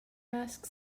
ask